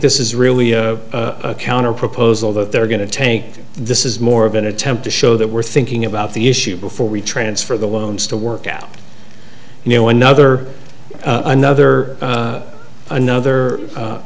this is really a counterproposal that they're going to take this is more of an attempt to show that we're thinking about the issue before we transfer the loans to work out you know another another another